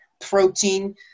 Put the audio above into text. protein